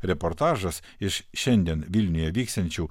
reportažas iš šiandien vilniuje vyksiančių